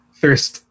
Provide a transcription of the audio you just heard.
thirst